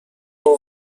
اُه